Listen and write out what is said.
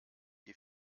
die